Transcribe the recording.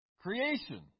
Creation